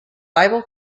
bible